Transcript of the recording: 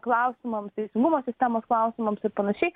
klausimams teisingumo sistemos klausimams ir panašiai